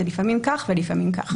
זה לפעמים כך ולפעמים כך.